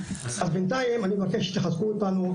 אז בינתיים אני מבקש שתחזקו אותנו,